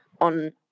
on